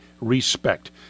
respect